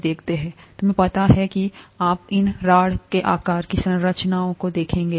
तुम्हें पता है कि आप इन रॉड के आकार की संरचनाओं को देखेंगे